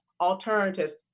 alternatives